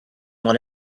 want